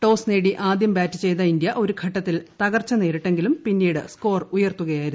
toss നേടി ആദ്യം bat ചെയ്ത ഇന്ത്യ ഒരു ഘട്ടത്തിൽ തകർച്ച നേരിട്ടെങ്കിലും പിന്നീട് സ്കോർ ഉയർത്തുകയായിരുന്നു